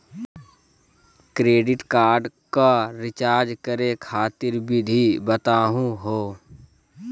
Credit card क recharge करै खातिर विधि बताहु हो?